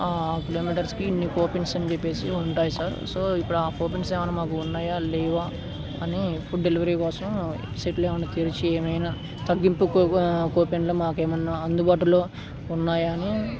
కిలోమీటర్స్కి ఇన్ని కూపన్స్ అని చెప్పేసి ఉంటాయి సార్ సో ఇప్పుడు ఆ కూపన్స్ ఏమైనా మాకు ఉన్నాయా లేవా అని ఫుడ్ డెలివరీ కోసం సెట్లు ఏమైనా తెరచి ఏమైనా తగ్గింపు కూపెన్లో మాకు ఏమైనా అందుబాటులో ఉన్నాయా అని